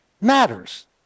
matters